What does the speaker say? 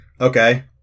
Okay